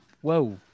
Whoa